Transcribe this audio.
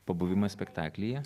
pabuvimas spektaklyje